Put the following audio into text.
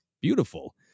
beautiful